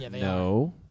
No